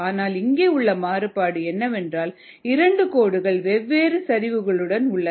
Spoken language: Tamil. ஆனால் இங்கே உள்ள மாறுபாடு என்னவென்றால் 2 கோடுகள் வெவ்வேறு சரிவுகளுடன் உள்ளன